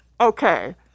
okay